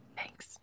Thanks